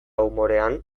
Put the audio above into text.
umorean